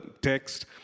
text